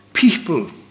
people